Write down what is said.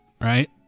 right